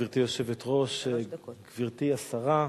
גברתי היושבת-ראש, תודה רבה, גברתי השרה,